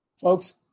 Folks